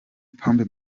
pombe